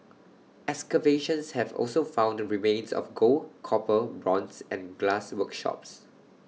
excavations have also found remains of gold copper bronze and glass workshops